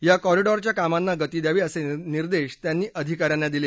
या कॉरिडॉरच्या कामांना गती द्यावी असे निर्देश त्यांनी अधिका यांना दिले